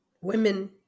Women